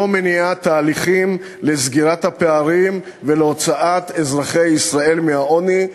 לא מניעה תהליכים לסגירת הפערים ולהוצאת אזרחי ישראל מהעוני.